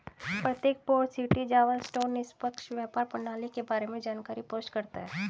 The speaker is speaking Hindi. प्रत्येक पोर्ट सिटी जावा स्टोर निष्पक्ष व्यापार प्रणाली के बारे में जानकारी पोस्ट करता है